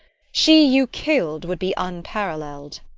she you kill'd would be unparallel'd.